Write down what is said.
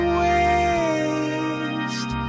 waste